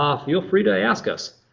um feel free to ask us.